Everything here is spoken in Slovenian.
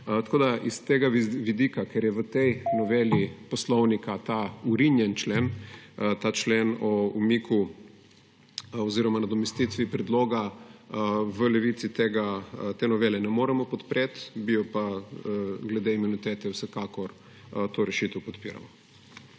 propade. S tega vidika, ker je v tej noveli Poslovnika ta vrinjen člen, ta člen o umiku oziroma nadomestitvi predloga, v Levici te novele ne moremo podpreti, glede imunitete pa vsekakor to rešitev podpiramo.